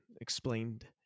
explained